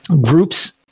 group's